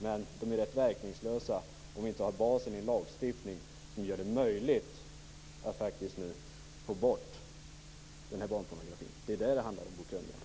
Men de är rätt verkningslösa om vi inte har basen i en lagstiftning som gör det möjligt att faktiskt nu få bort den här barnpornografin. Det är vad det handlar om, Bo Könberg.